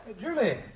Julie